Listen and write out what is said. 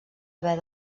haver